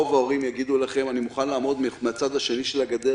רוב ההורים יגידו לכם אני מוכן לעמוד מן הצד השני של הגדר,